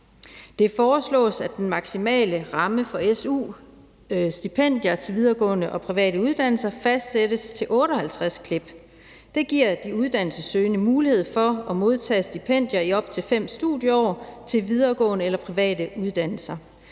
Det foreslås, at den maksimale ramme for su-stipendier til videregående og private uddannelser fastsættes til 58 klip. Det giver de uddannelsessøgende mulighed for at modtage stipendier i op til 5 studieår til videregående eller private uddannelser.